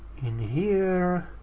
in here,